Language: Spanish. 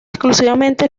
exclusivamente